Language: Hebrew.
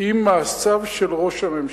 עם מעשיו של ראש הממשלה,